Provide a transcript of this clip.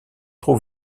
trop